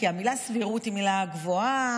כי המילה "סבירות" היא מילה גבוהה,